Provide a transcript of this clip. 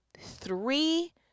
three